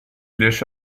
riesce